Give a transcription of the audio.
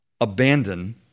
abandon